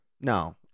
No